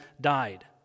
died